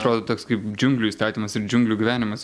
atrodo toks kaip džiunglių įstatymas ir džiunglių gyvenimas